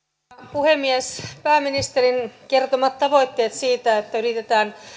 puhemies pääministerin kertomat tavoitteet siitä että yritetään